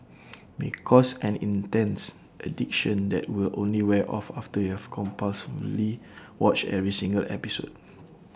may cause an intense addiction that will only wear off after you have compulsively watched every single episode